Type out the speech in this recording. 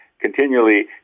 continually